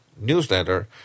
newsletter